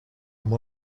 amb